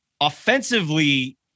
Offensively